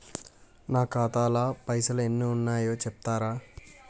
నా ఖాతా లా పైసల్ ఎన్ని ఉన్నాయో చెప్తరా?